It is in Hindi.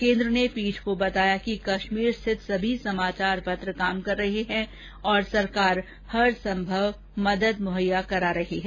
केन्द्र ने पीठ को बताया कि कश्मीर स्थित सभी समाचार पत्र काम कर रहे है और सरकार हरसंभव मदद मुहैया करा रही है